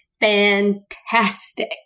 Fantastic